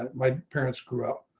and my parents grew up.